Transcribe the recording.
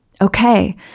Okay